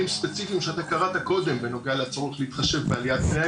ספציפיים שאתה קראת קודם בנוגע לצורך להתחשב בעליית פני